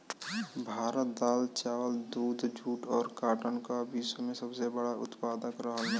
भारत दाल चावल दूध जूट और काटन का विश्व में सबसे बड़ा उतपादक रहल बा